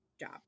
job